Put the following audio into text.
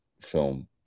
film